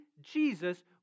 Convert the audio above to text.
Jesus